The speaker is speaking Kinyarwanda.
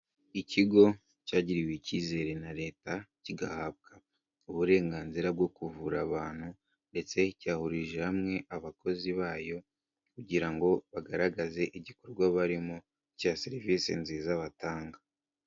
Ikigo cyagiriwe icyizere na leta, kigahabwa uburenganzira bwo kuvura abantu ndetse cyahurije hamwe abakozi bayo kugira ngo bagaragaze igikorwa barimo cya serivisi nziza batanga.